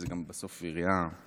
בסוף זאת גם עירייה איתנה.